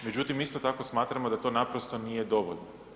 Međutim, isto tako smatramo da to naprosto nije dovoljno.